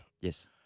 Yes